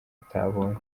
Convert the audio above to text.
atabonye